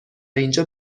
اینجا